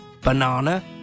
banana